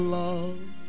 love